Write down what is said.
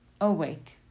awake